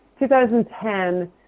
2010